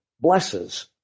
blesses